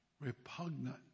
repugnant